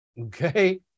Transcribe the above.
okay